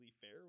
fair